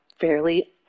fairly